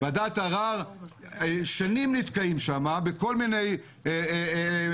ועדת ערר שנים נתקעים שם בכל מיני תרגילים